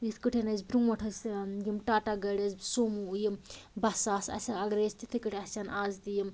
یِتھ کٲٹھۍ اسہِ برٛونٛٹھ آسہٕ یِم ٹاٹا گٲڑِ آسہٕ سومو یِم بسہِ آسہٕ اسہِ اگرٔے اسہِ تِتھَے کٲٹھۍ آسان آز تہِ یِم